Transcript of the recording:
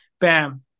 Bam